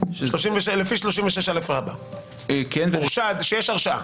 לפי 36א. כשיש הרשעה,